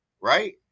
right